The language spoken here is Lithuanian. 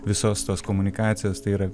visos tos komunikacijos tai yra